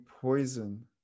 poison